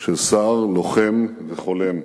של שר, לוחם וחולם,